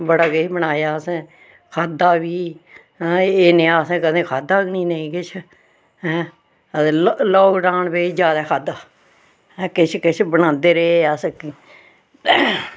बड़ा किश बनाया असें खाद्धा बी एह् नेहा असें कदें खाद्धा गै नेईं किश ऐं ते लाक लाकडाउन बिच्च जैदा खाद्धा हैं किश किश बनांदे रेह् अस